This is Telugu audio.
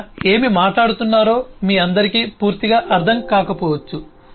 ఇక్కడ ఏమి మాట్లాడుతున్నారో మీ అందరికీ పూర్తిగా అర్థం కాకపోవచ్చు